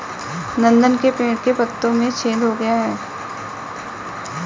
नंदन के पेड़ के पत्तों में छेद हो गया है